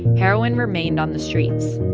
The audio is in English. heroin remained on the streets.